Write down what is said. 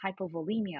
hypovolemia